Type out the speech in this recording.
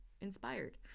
inspired